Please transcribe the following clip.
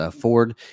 ford